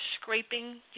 scraping